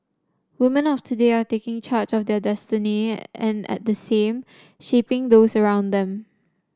women of today are taking charge of their destiny and at the same shaping those around them